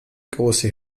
große